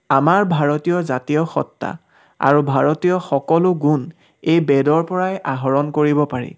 আমাৰ ভাৰতীয় জাতীয় সত্বা আৰু ভাৰতীয় সকলো গুণ এই বেদৰ পৰাই আহৰণ কৰিব পাৰি